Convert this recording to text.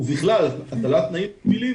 ובכלל הטלת תנאים מגבילים.